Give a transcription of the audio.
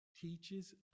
teaches